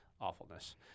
awfulness